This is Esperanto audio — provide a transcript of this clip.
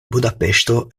budapeŝto